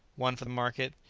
one for the market,